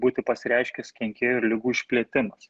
būti pasireiškęs kenkėjų ir ligų išpletimas